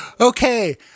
Okay